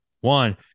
one